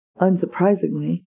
unsurprisingly